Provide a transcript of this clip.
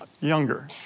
younger